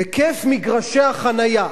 היקף מגרשי החנייה,